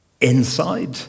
Inside